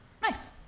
Nice